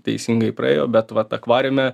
teisingai praėjo bet vat akvariume